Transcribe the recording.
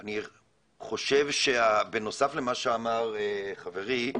אני חושב שבנוסף למה שאמר חברי,